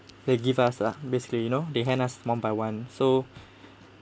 they give us ah basically you know they hand us one by one so